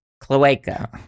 Cloaca